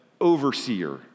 overseer